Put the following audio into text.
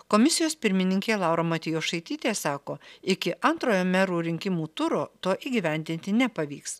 komisijos pirmininkė laura matjošaitytė sako iki antrojo merų rinkimų turo to įgyvendinti nepavyks